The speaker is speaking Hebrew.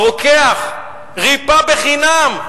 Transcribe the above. הרוקח, ריפא חינם.